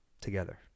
together